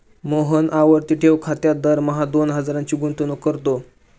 मोहन आवर्ती ठेव खात्यात दरमहा दोन हजारांची गुंतवणूक करतो